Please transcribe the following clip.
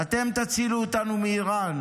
אתם תצילו אותנו מאיראן?